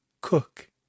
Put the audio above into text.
Cook